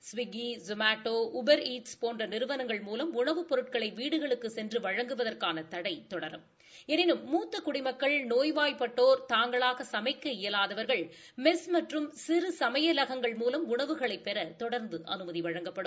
Swiggy Zomato Uber Eats போன்ற நிறுவனங்கள் மூலம் உணவுப் பொருட்களை வீடுகளுக்குச் சென்று வழங்குவதற்கான தடை தொடரும் எனினும் மூத்த குடிமக்கள் நோய்வாய் பட்டோர் தாங்களாக சமைக்க இயலாதவர்கள் மெஸ் மற்றும் சிறு சமையலகங்கள் மூலம் உணவுகளைப் பெற தொடர்ந்து அனுமதி வழங்கப்படும்